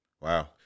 Wow